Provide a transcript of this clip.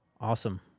Awesome